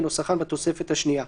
כנוסחן בתוספת השנייה,